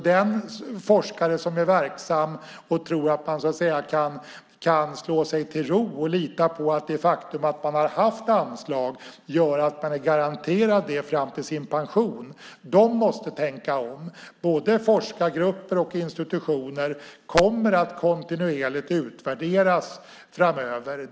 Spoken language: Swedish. Den forskare som är verksam och tror att han eller hon kan slå sig till ro och lita på att det faktum att man har haft anslag gör att man är garanterad det fram till sin pension måste tänka om. Både forskargrupper och institutioner kommer att kontinuerligt utvärderas framöver.